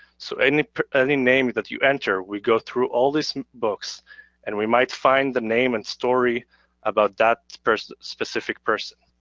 so any any name that you enter we go through all these books and we might find the name and story about that specific person.